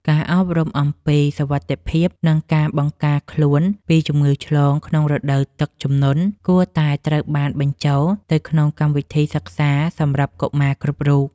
ការអប់រំអំពីសុវត្ថិភាព និងការបង្ការខ្លួនពីជំងឺឆ្លងក្នុងរដូវទឹកជំនន់ គួរតែត្រូវបានបញ្ចូលទៅក្នុងកម្មវិធីសិក្សាសម្រាប់កុមារគ្រប់រូប។